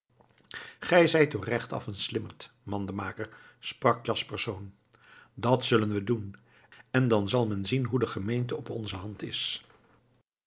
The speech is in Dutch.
gij zijt toch rechtaf een slimmerd mandenmaker sprak jaspersz dat zullen we doen en dan zal men zien hoe de gemeente op onze hand is